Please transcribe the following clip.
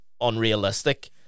unrealistic